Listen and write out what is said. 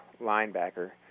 linebacker